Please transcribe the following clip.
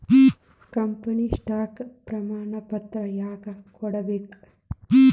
company stock ಪ್ರಮಾಣಪತ್ರ ಯಾಕ ಕೊಡ್ಬೇಕ್